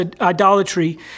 idolatry